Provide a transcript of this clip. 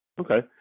Okay